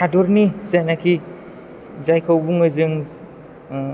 हादरनि जायनाखि जायखौ बुङो जों